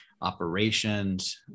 operations